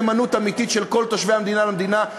נאמנות אמיתית של כל תושבי המדינה למדינה,